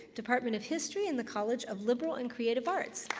department of history in the college of liberal and creative arts.